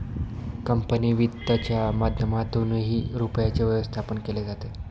company वित्तच्या माध्यमातूनही रुपयाचे व्यवस्थापन केले जाते